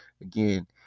Again